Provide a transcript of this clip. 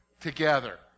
together